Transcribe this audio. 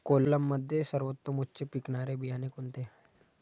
कोलममध्ये सर्वोत्तम उच्च पिकणारे बियाणे कोणते?